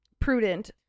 Prudent